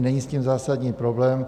Není s tím zásadní problém.